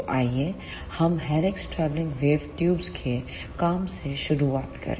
तो आइए हम हेलिक्स ट्रैवलिंग वेव ट्यूब के काम से शुरुआत करें